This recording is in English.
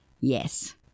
Yes